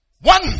One